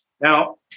Now